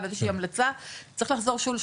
כן, מזל שלמדתי לשחות.